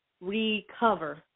recover